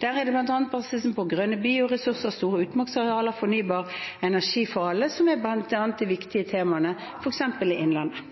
Der er det bl.a. grønne bioressurser, store utmarksarealer og fornybar energi for alle som er blant de viktige temaene, f.eks. i innlandet.